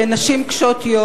שהן נשים קשות-יום,